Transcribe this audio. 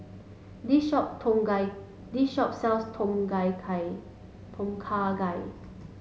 this shop Tom Gai this shop sells Tom Gai Kha Tom Kha Gai